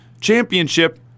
championship